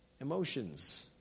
emotions